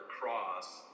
cross